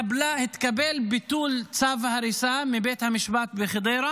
התקבל ביטול צו ההריסה מבית המשפט בחדרה,